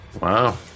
Wow